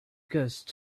ghost